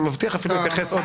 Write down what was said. אני מבטיח להתייחס.